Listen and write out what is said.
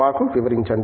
మాకు వివరించండి